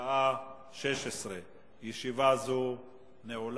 בשעה 16:00. ישיבה זו נעולה